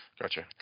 Gotcha